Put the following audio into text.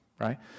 Right